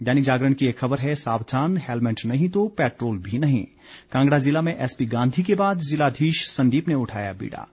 दैनिक जागरण की एक खबर है साबधान हेलमेंट नहीं तो पैट्रोल भी नहीं कांगड़ा जिला में एसपी गांधी के बाद जिलाधीश संदीप ने उठाया बीड़ा